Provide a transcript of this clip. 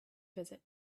visit